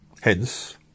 Hence